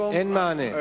אין מענה.